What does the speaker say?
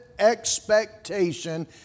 expectation